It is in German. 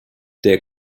der